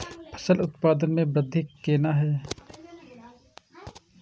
फसल उत्पादन में वृद्धि केना हैं?